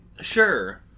Sure